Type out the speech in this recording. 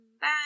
Bye